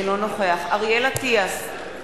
אינו נוכח אריאל אטיאס,